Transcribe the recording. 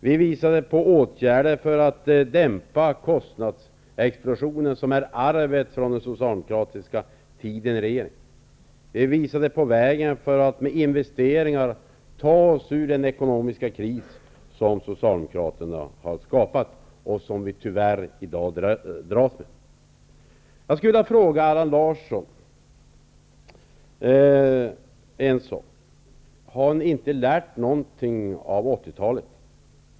Vi visade på åtgärder för att dämpa kostnadsexplosionen, som är ett arv från den socialdemokratiska regeringstiden. Vidare visade vi på vägen för att med investeringar ta oss ur den ekonomiska kris som socialdemokraterna har skapat och som vi tyvärr i dag får dras med. Jag skulle vilja ställa en fråga till Allan Larsson. Har ni inte lärt er någonting av 80-talet?